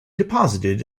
deposited